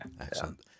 Excellent